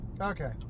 Okay